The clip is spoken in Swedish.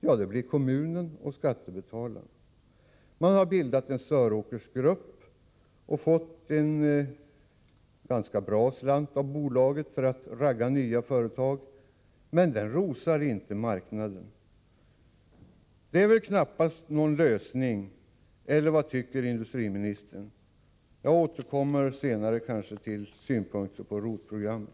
Ja, det blir kommunen och skattebetalarna. Man har bildat en Söråkersgrupp och fått en ganska bra slant av bolaget för att ragga nya företag, men den rosar inte marknaden. Detta är väl knappast någon lösning, eller vad tycker industriministern? Jag återkommer senare med synpunkter på ROT-programmet.